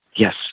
Yes